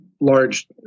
large